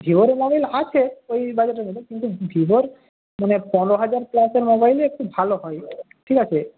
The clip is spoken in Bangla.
ভিভোর মোবাইল আছে ওই বাজেটের মধ্যে কিন্তু ভিভোর মানে পনেরো হাজার প্লাসের মোবাইলই একটু ভালো হয় ঠিক আছে